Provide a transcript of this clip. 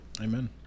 Amen